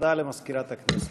הודעה למזכירת הכנסת.